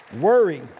Worry